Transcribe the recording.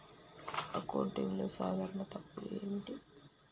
అకౌంటింగ్లో సాధారణ తప్పులు ఏమిటి?